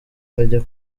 bajya